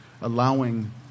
allowing